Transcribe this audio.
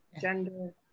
gender